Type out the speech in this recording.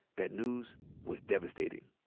that news was devastating.